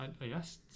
yes